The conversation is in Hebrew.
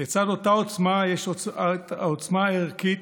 לצד אותה עוצמה יש את העוצמה הערכית,